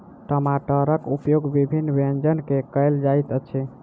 टमाटरक उपयोग विभिन्न व्यंजन मे कयल जाइत अछि